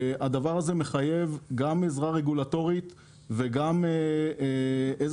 הדבר הזה מחייב גם עזרה רגולטורית וגם איזשהו